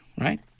right